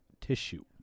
tissue